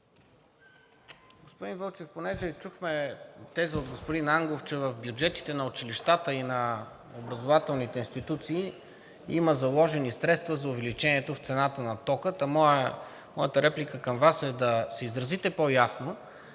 Господин Вълчев, понеже чухме теза от господин Ангов, че в бюджетите на училищата и на образователните институции има заложени средства за увеличението в цената на тока – моята реплика към Вас е да се изразите по-ясно